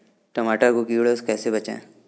टमाटर को कीड़ों से कैसे बचाएँ?